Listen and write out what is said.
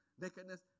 nakedness